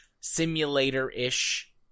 simulator-ish